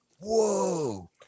whoa